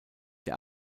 der